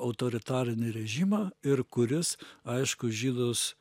autoritarinį režimą ir kuris aišku žydus